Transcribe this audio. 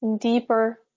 deeper